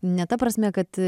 ne ta prasme kad